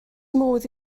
modd